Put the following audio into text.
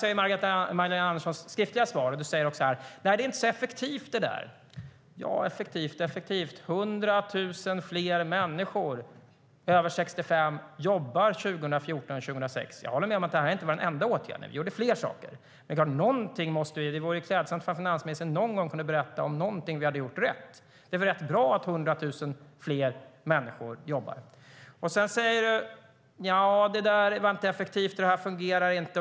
I Magdalena Anderssons skriftliga svar kan vi läsa att det inte var så effektivt. Effektivt och effektivt - 100 000 fler människor över 65 jobbar 2014 än 2006.Sedan säger du: Nja, det där var inte effektivt, och det här fungerar inte.